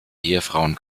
ehefrauen